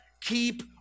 keep